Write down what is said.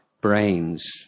brains